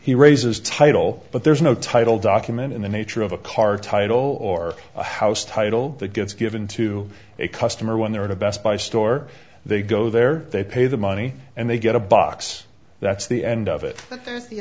he raises title but there's no title document in the nature of a car title or a house title that gets given to a customer when they're at a best buy store they go there they pay the money and they get a box that's the end of it but the